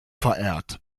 verehrt